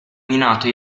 minato